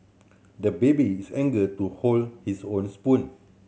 the baby is anger to hold his own spoon